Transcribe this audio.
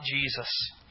Jesus